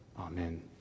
Amen